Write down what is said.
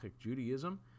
Judaism